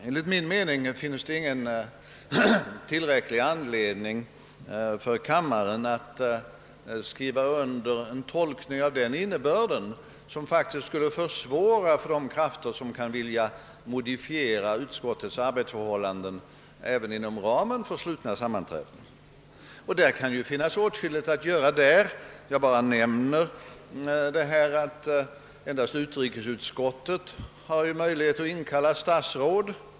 Enligt min mening finns det inte tillräcklig anledning för kammarens ledamöter att skriva under en sådan tolkning, som faktiskt skulle försvåra uppgiften för de krafter som kan vilja modifiera utskottens arbetsförhållanden även inom ramen för slutna sammanträden. Därvidlag kan det ju finnas åtskilligt att göra. Jag kan t.ex. nämna att endast utrikesutskottet har möjlighet att inkalla statsråd.